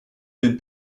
been